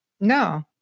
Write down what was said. no